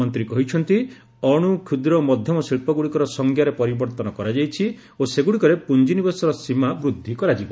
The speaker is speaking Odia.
ମନ୍ତ୍ରୀ କହିଛନ୍ତି ଛୋଟ କ୍ଷୁଦ୍ର ଓ ମଧ୍ୟମ ଶିଳ୍ପଗୁଡ଼ିକର ସଂଜ୍ଞାରେ ପରିବର୍ତ୍ତନ କରାଯାଇଛି ଓ ସେଗୁଡ଼ିକରେ ପ୍ରଞ୍ଜିନିବେଶର ସୀମା ବୃଦ୍ଧି କରାଯିବ